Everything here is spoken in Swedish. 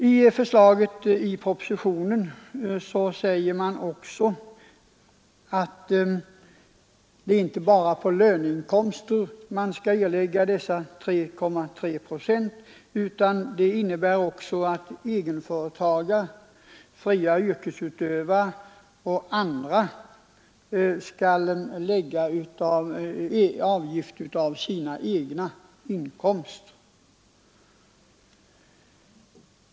Enligt förslaget i propositionen skall inte bara arbetsgivarna påföras denna avgift på 3,3 procent av utgivna löner, utan egenföretagare, fria yrkesutövare och andra skall påföras en motsvarande avgift på sina inkomster.